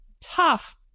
tough